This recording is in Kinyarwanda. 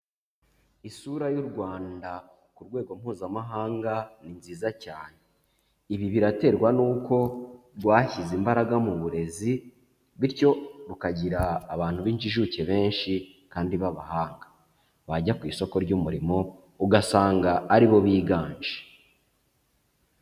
Isura y'u Rwanda ku rwego Mpuzamahanga ni nziza cyane. Ibi biraterwa n'uko rwashyize imbaraga mu burezi bityo rukagira abantu b'injijuke benshi kandi b'abahanga. Bajya ku isoko ry'umurimo ugasanga ari bo biganje.